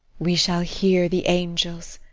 we shall hear the angels.